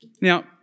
Now